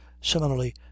Similarly